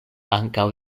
ankaŭ